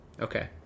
Okay